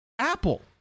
Apple